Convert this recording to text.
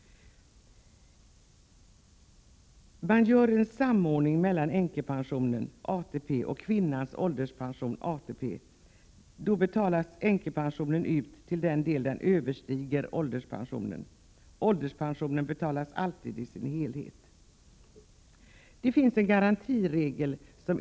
Det görs en samordning mellan änkepensionen från ATP och kvinnans ålderspension från ATP. Änkepensionen betalas ut till den del den överstiger ålderspensionen. Ålderspensionen betalas alltid ut i sin helhet.